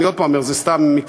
אני עוד פעם אומר, זה סתם מקרי.